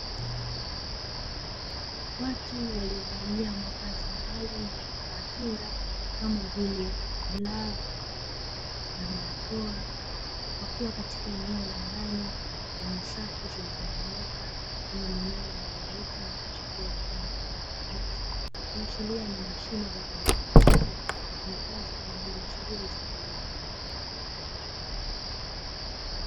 Watu waliovalia mavazi maalumu na vifaa kinga kama vile glavu na balakoa, wakiwa katika eneo la ndani lenye safu zilizonyooka zenye mimiea iliyoota na kuchipua kwa rangi ya kijani kibichi, kuashiria ni mashine za kieletroniki zitumikazo kwaajili ya shuguli za kilimo.